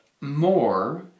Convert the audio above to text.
more